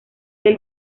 del